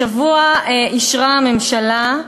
השבוע אישרה הממשלה,